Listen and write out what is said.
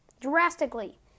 Drastically